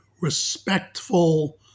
respectful